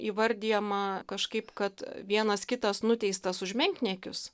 įvardijama kažkaip kad vienas kitas nuteistas už menkniekius